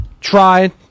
Try